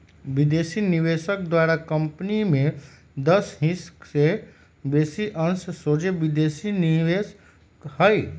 विदेशी निवेशक द्वारा देशी कंपनी में दस हिस् से बेशी अंश सोझे विदेशी निवेश हइ